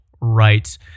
rights